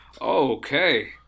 okay